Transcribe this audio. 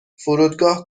فرودگاه